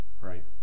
right